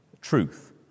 truth